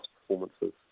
performances